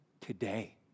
today